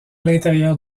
l’intérieur